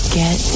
get